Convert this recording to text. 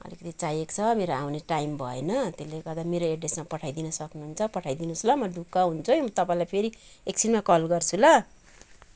अलिकति चाहिएको छ मेरो आउने टाइम भएन त्यसले गर्दा मेरो एड्रेसमा पठाइदिन सक्नुहुन्छ पठाई दिनुहोस् ल म ढुक्क हुन्छु है तपाईँलाई फेरि एकछिनमा कल गर्छु ल